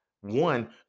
one